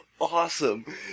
awesome